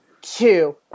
two